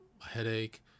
headache